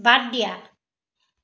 বাদ দিয়া